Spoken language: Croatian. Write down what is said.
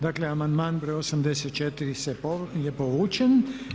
Dakle, amandman broj 84. je povučen.